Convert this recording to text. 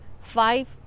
five